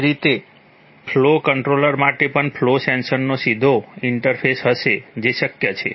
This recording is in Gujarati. એ જ રીતે ફ્લો કન્ટ્રોલર માટે પણ ફ્લો સેન્સરનો સીધો ઇન્ટરફેસ હશે જે શક્ય છે